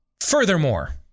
Furthermore